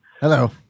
Hello